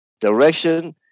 direction